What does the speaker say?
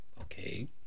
Okay